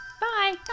Bye